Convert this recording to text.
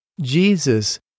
Jesus